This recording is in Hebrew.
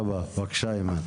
יאסין.